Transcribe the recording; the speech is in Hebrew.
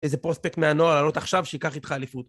איזה פרוספקט מהנוער לעלות עכשיו שייקח איתך אליפות.